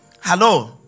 Hello